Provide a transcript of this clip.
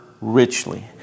richly